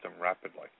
rapidly